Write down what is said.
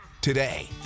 today